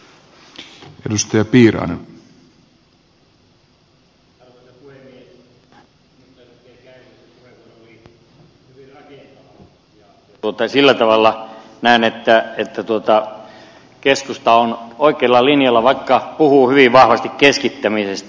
minusta edustaja kääriäisen puheenvuoro oli hyvin rakentava ja sillä tavalla näen että keskusta on oikealla linjalla vaikka puhuu hyvin vahvasti keskittämisestä